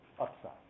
upside